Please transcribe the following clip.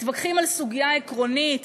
מתווכחים על סוגיה עקרונית,